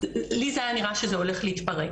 לי זה היה נראה שזה הולך להתפרק,